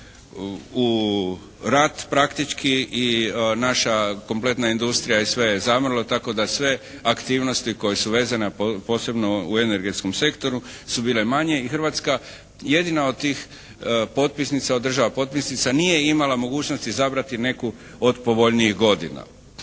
u rat praktički i naša kompletna industrija i sve je zamrlo tako da sve aktivnosti koje su vezane a posebno u energetskom sektoru su bile manje i Hrvatska jedina od tih država potpisnica nije imala mogućnost izabrati neku od povoljnijih godina.